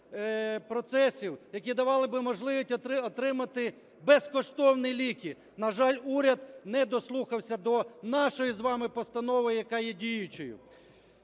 які давали би можливість отримати безкоштовні ліки. На жаль, уряд не дослухався до нашої з вами постанови, яка є діючою.